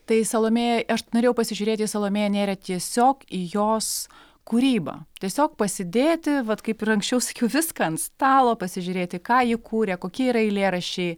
tai salomėja aš norėjau pasižiūrėti į salomėją nėrį tiesiog į jos kūrybą tiesiog pasidėti vat kaip ir anksčiau sakiau viską ant stalo pasižiūrėti ką ji kūrė kokie yra eilėraščiai